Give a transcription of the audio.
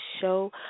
show